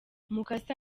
mukasa